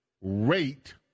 rate